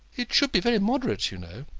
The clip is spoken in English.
it should be very moderate, you know.